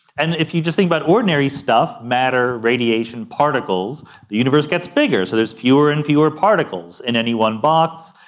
and if you just think about ordinary stuff matter, radiation, particles the universe gets bigger. so there's fewer and fewer particles in any one box.